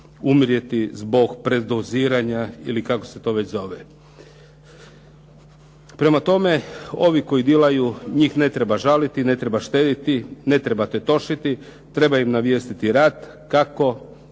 umrijeti zbog predoziranja ili kako se to već zove. Prema tome, ovi koji dilaju njih ne treba žaliti, ne treba štediti, ne treba tetošiti. Treba im navijestiti rat. Kako?